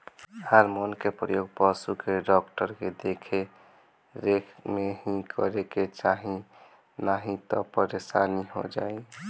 hormone के प्रयोग पशु के डॉक्टर के देख रेख में ही करे के चाही नाही तअ परेशानी हो जाई